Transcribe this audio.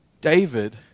David